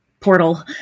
portal